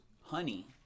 honey